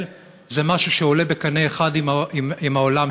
זה משהו שעולה בקנה אחד עם תפיסת העולם שלך?